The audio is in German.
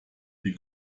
wie